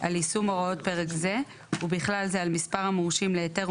על יישום הוראות פרק זה ובכלל זה על מספר המורשים להיתר,